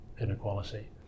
inequality